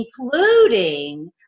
including